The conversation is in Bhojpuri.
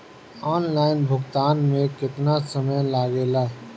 ऑनलाइन भुगतान में केतना समय लागेला?